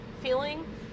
feeling